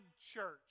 church